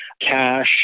cash